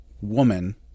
woman